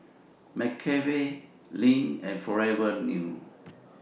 McCafe Lindt and Forever New